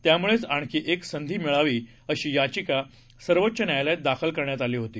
त्यामुळेच आणखीएकसंधीमिळावीअशीयाचिकासर्वोच्चन्यायालयातदाखलकरण्यातआलीहोती